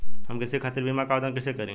हम कृषि खातिर बीमा क आवेदन कइसे करि?